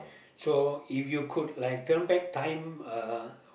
so if you could like turn back time uh